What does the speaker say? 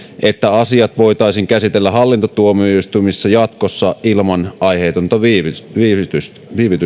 että asiat voitaisiin käsitellä hallintotuomioistuimissa jatkossa ilman aiheetonta viivytystä viivytystä